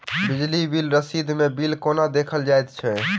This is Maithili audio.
बिजली बिल रसीद मे बिल केना देखल जाइत अछि?